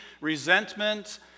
resentment